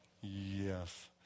Yes